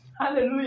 Hallelujah